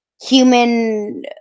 human